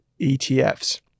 ETFs